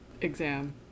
Exam